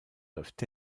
doivent